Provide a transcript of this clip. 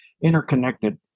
interconnected